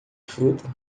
fruta